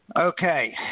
Okay